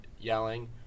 yelling